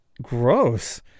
gross